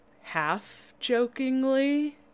half-jokingly